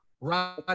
right